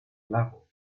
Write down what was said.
lagos